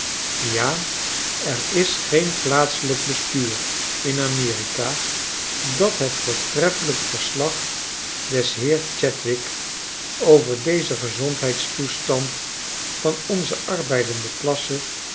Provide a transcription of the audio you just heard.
ja er is geen plaatselyk bestuur in a m e r i k a dat het voortreffelijk verslag des heeren ohadwick over den gezondsheidstoestand van onze arbeidende klassen